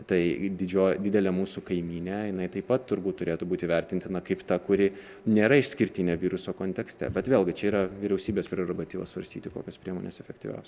tai didžioji didelė mūsų kaimynė jinai taip pat turbūt turėtų būti vertintina kaip ta kuri nėra išskirtinė viruso kontekste bet vėlgi čia yra vyriausybės prerogatyva svarstyti kokios priemonės efektyvios